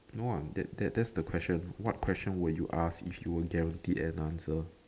no I'm that that is the question what question would you ask if you were guaranteed an answer